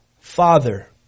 Father